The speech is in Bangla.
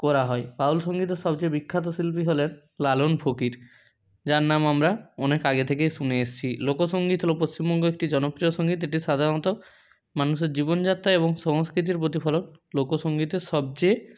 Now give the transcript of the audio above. করা হয় বাউল সঙ্গীতের সবচেয়ে বিখ্যাত শিল্পী হলেন লালন ফকির যার নাম আমরা অনেক আগে থেকেই শুনে এসছি লোক সঙ্গীত হলো পশ্চিমবঙ্গের একটি জনপ্রিয় সঙ্গীত এটি সাধারণত মানুষের জীবনযাত্রা এবং সংস্কৃতির প্রতিফলন লোক সঙ্গীতের সবচেয়ে